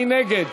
מי נגד?